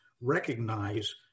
recognize